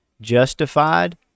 Justified